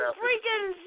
freaking